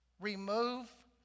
remove